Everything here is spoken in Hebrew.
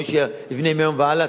מי שיבנה מהיום והלאה,